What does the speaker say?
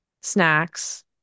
snacks